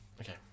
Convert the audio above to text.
Okay